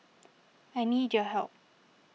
I need your help